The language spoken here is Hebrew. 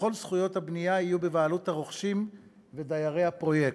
וכל זכויות הבנייה יהיו בבעלות הרוכשים ודיירי הפרויקט,